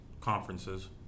conferences